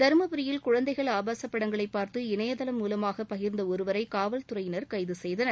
தருமபுரியில் குழந்தைகள் ஆபாச படங்களை பார்த்து இணையதளம் மூலமாக பகிர்ந்த ஒருவர் காவல் துறையினர் கைது செய்தனர்